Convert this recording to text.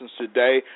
today